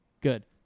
Good